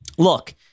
Look